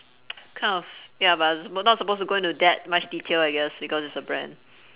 kind of ya but is we're not supposed to go into that much detail I guess because it's a brand